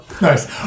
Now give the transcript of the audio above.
Nice